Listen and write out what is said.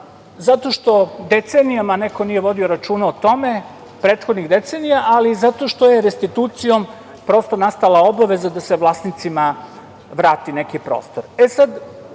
zato što decenijama neko nije vodio računa o tome prethodnih decenija, ali i zato što je restitucijom nastala obaveza da se vlasnicima vrati neki prostor. Mi